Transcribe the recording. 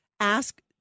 Ask